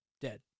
Dead